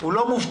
הוא לא מובטל.